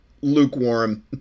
lukewarm